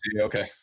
okay